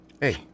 Hey